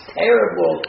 terrible